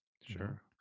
Sure